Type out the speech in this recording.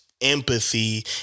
empathy